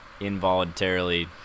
involuntarily